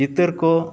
ᱪᱤᱛᱟᱹᱨᱠᱚ